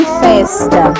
festa